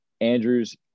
Andrews